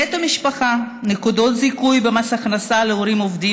נטו משפחה: נקודות זיכוי במס הכנסה להורים עובדים